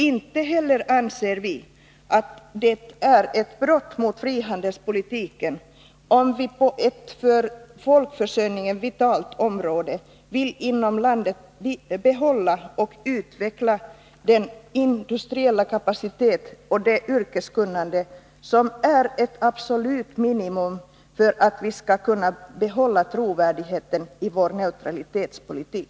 Inte heller anser vi att det är ett brott mot frihandelspolitiken, om vi på ett för folkförsörjningen vitalt område vill inom landet behålla och utveckla den industriella kapacitet och det yrkeskunnande som är ett absolut minimum för att Sverige skall kunna behålla trovärdigheten i sin neutralitetspolitik.